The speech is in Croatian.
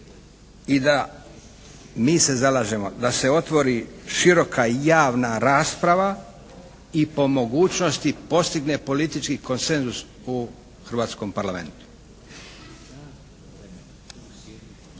i da, mi se zalažemo da se otvori široka javna rasprava i po mogućnosti postigne politički konsenzus u Hrvatskom Parlamentu.